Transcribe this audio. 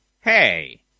Hey